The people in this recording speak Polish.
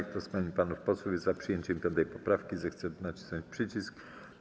Kto z pań i panów posłów jest za przyjęciem 5. poprawki, zechce nacisnąć przycisk.